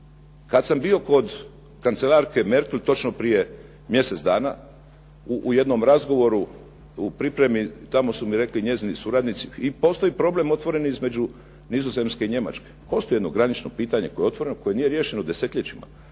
Kad sam bio kod kancelarke Merkel točno prije mjesec dana u jednom razgovoru u pripremi tamo su mi rekli njezini suradnici i postoji problem otvoreni između Nizozemske i Njemačke, postoji jedno granično pitanje koje je otvoreno, koje nije riješeno desetljećima,